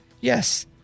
Yes